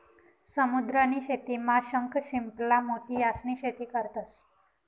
समुद्र नी शेतीमा शंख, शिंपला, मोती यास्नी शेती करतंस